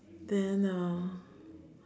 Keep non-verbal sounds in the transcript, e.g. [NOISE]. then uh [BREATH]